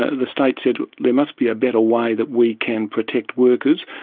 ah the state said there must be a better way that we can protect workers,